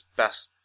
best